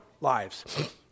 lives